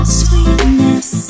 sweetness